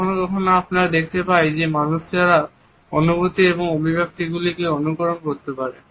কখনও কখনও আমরা দেখতে পাই যে মানুষরা অনুভূতি এবং অভিব্যক্তিরগুলিকে অনুকরণ করতে পারে